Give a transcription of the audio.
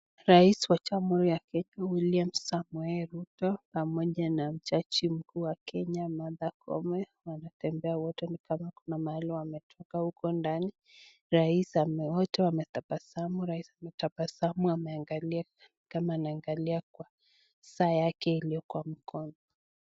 Rais wa Jamhuri ya Kenya, William Samuel Ruto pamoja na mchachi mkuu wa Kenya Martha Koome wanatembea wote ni kama kuna mahali wametoka huko ndani. Rais, wote wametabasamu, Rais ametabasamu, ameangalia kama anaangalia kwa saa yake iliyoko mkono.